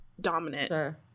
dominant